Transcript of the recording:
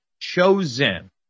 chosen